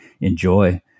enjoy